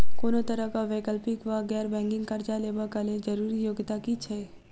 कोनो तरह कऽ वैकल्पिक वा गैर बैंकिंग कर्जा लेबऽ कऽ लेल जरूरी योग्यता की छई?